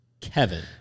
Kevin